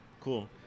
Cool